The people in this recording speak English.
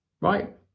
right